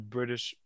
British